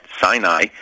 Sinai